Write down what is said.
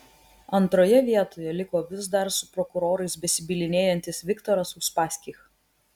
antroje vietoje liko vis dar su prokurorais besibylinėjantis viktoras uspaskich